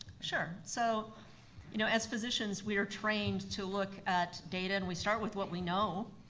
sure. so you know as physicians we're trained to look at data and we start with what we know,